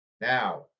Now